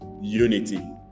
unity